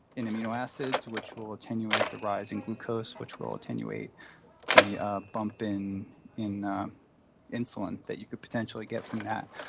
amino acids, which will attenuate the rise in glucose, which will attenuate the ah bump in in insulin that you could potentially get from that.